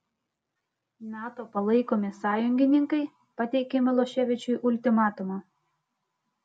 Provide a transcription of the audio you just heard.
nato palaikomi sąjungininkai pateikė miloševičiui ultimatumą